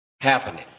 happening